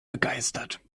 begeistert